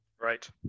right